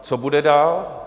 Co bude dál?